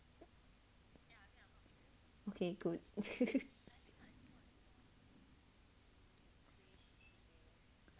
okay good